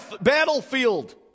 battlefield